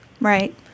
Right